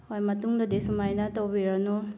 ꯍꯣꯏ ꯃꯇꯨꯡꯗꯗꯤ ꯁꯨꯃꯥꯏꯅ ꯇꯧꯕꯤꯔꯅꯨ